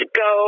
go